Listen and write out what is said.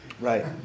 Right